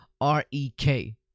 R-E-K